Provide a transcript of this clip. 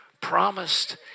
promised